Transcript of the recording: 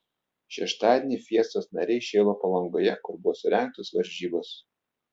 šeštadienį fiestos nariai šėlo palangoje kur buvo surengtos varžybos